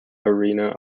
arena